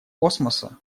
космоса